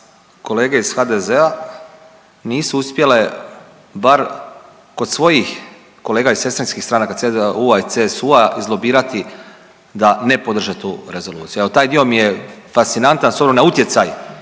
kolege iz HDZ-a nisu uspjele bar kod svojih kolega iz sestrinskih stranaka CDU-a i CSU-a izlobirati da ne podrže tu rezoluciju. Evo taj dio mi je fascinantan s obzirom na utjecaj